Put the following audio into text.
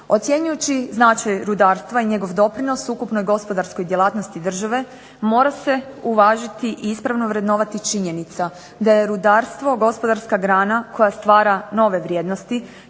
Ocjenjujući značaj rudarstva i njegov doprinos ukupnoj gospodarskoj djelatnosti države mora se uvažiti i ispravno vrednovati činjenica da je rudarstvo gospodarska grana koja stvara nove vrijednosti